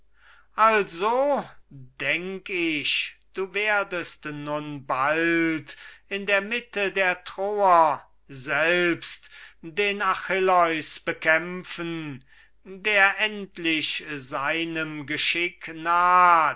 also denk ich du werdest nun bald in der mitte der troer selbst den achilleus bekämpfen der endlich seinem geschick naht